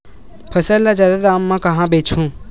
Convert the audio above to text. फसल ल जादा दाम म कहां बेचहु?